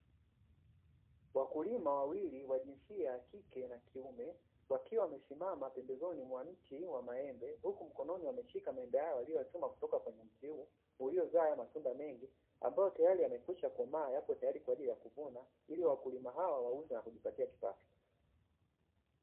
Wakulima wawili wa jinsia ya kike na kiume wakiwa wamesimama pembezoni mwa mti wa muembe huku mikononi wakiwa wameshika maembe, waliyoyachuma kutoka mti huu uliozaa matunda mengi ambayo yamekwisha komaa yapo tayari kwa ajili kuvuna ili wakulima hao wauze na kujipatia kipato.